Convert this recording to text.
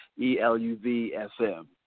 E-L-U-V-S-M